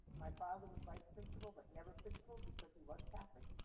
my father was vice principal but never critical because he was catholic.